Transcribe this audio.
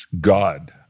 God